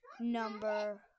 number